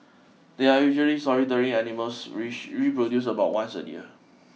they are usually solitary animals which reproduce about once a year